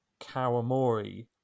Kawamori